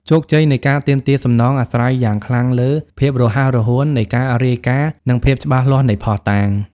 ជោគជ័យនៃការទាមទារសំណង អាស្រ័យយ៉ាងខ្លាំងលើ ភាពរហ័សរហួន នៃការរាយការណ៍ និងភាពច្បាស់លាស់នៃភស្តុតាង។